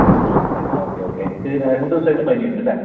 നാല്പത്തെട്ട് അല്ലെ okay okay തീരെ രണ്ടു ദിവസമായിട്ട് പനി ഉണ്ടല്ലേ